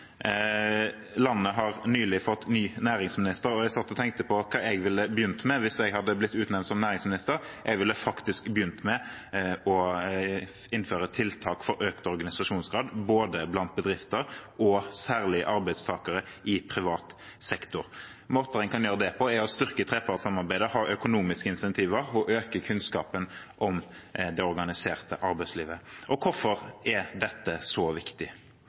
Landet har nylig fått ny næringsminister, og jeg satt og tenkte på hva jeg ville begynt med hvis jeg hadde blitt utnevnt som næringsminister. Jeg ville faktisk begynt med å innføre tiltak for økt organisasjonsgrad både blant bedrifter og særlig blant arbeidstakere i privat sektor. Måter en kan gjøre det på, er ved å styrke trepartssamarbeidet, ha økonomiske incentiver og øke kunnskapen om det organiserte arbeidslivet. Og hvorfor er dette så viktig?